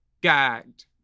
Gagged